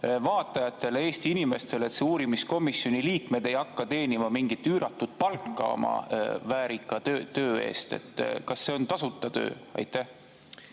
vaatajatele, Eesti inimestele, et selle uurimiskomisjoni liikmed ei hakka teenima mingit üüratut palka oma väärika töö eest? Kas see on tasuta töö? Aitäh,